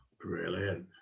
Brilliant